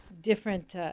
different